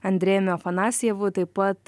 andrejumi afanasjevu taip pat